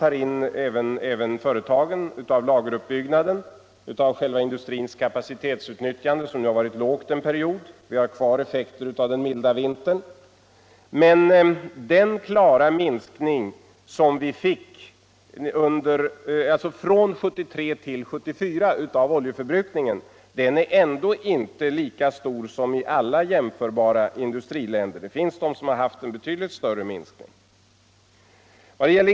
Vi hade kvarvarande effekter av lageruppbyggnaden, av själva industrins kapacitetsutnyttjande, som nu har varit lågt under en period, och vi har kvar vissa effekter av den milda vintern. Men den klara minskning av oljeförbrukningen som vi fick från 1973-1974 är ändå inte lika stor här som i andra jämförbara industriländer — det finns länder som har haft betydligt större minskning.